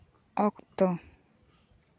ᱚᱠᱛᱚ